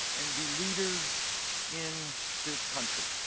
and be leaders in this country.